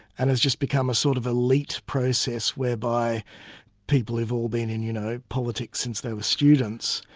and has just become a sort of elite process, whereby people have all been in you know politics since they were students,